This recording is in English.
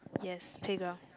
yes playground